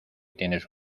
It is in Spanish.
tienes